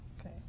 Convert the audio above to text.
Okay